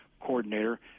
coordinator